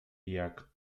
jak